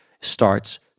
starts